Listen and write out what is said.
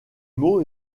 mots